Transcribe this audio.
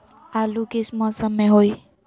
आलू किस मौसम में होई?